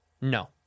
No